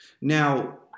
Now